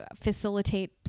facilitate